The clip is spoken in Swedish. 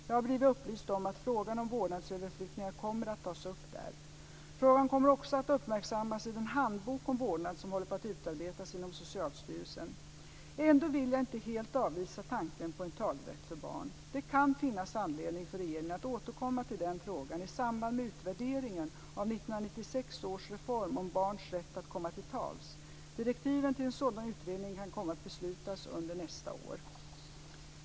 Jag har blivit upplyst om att frågan om vårdnadsöverflyttningar kommer att tas upp där. Frågan kommer också att uppmärksammas i den handbok om vårdnad som håller på att utarbetas inom Ändå vill jag inte helt avvisa tanken på en talerätt för barn. Det kan finnas anledning för regeringen att återkomma till den frågan i samband med utvärderingen av 1996 års reform om barns rätt att komma till tals. Direktiven till en sådan utredning kan komma att beslutas under nästa år.